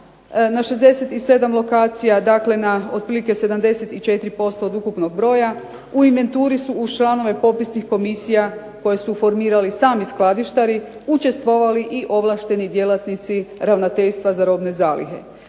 Na 67 lokacija, dakle na otprilike 74% od ukupnog broja u inventuri su uz članove popisnih komisija koje su formirali sami skladištari, učestvovali i ovlašteni djelatnici Ravnateljstva za robne zalihe.